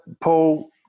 Paul